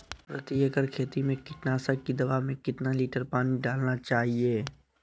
प्रति एकड़ खेती में कीटनाशक की दवा में कितना लीटर पानी डालना चाइए?